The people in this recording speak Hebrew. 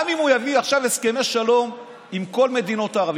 גם אם הוא יביא עכשיו הסכמי שלום עם כל מדינות ערב,